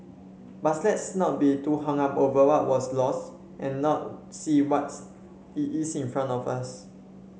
but let's not be too hung up over what was lost and not see what's is in front of us